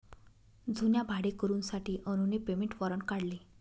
जुन्या भाडेकरूंसाठी अनुने पेमेंट वॉरंट काढले